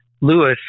Lewis